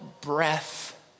breath